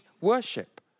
worship